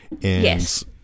Yes